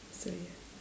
so ya